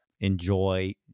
enjoy